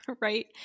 right